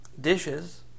Dishes